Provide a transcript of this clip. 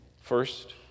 First